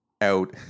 out